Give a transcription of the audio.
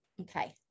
okay